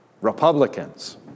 Republicans